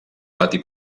pati